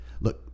Look